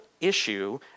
issue